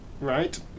Right